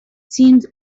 seems